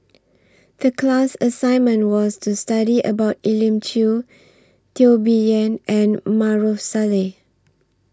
The class assignment was to study about Elim Chew Teo Bee Yen and Maarof Salleh